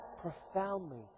profoundly